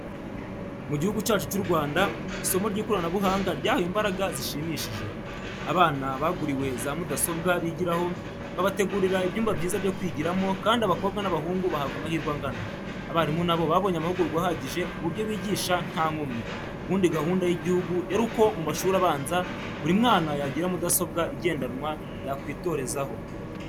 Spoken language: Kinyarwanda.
Mu gihugu cyacu cy'u Rwanda, isomo ry'ikoranabuhanga ryahawe imbaraga zishimishije. Abana baguriwe za mudasobwa bigiraho, babategurira ibyumba byiza byo kwigiramo kandi abakobwa n'abahungu bahabwa amahirwe angana. Abarimu na bo babonye amahugurwa ahagije ku buryo bigisha nta nkomyi. Ubundi gahunda y'igihugu yari uko mu mashuri abanza, buri mwana yagira mudasobwa igendanwa yakwitorezaho.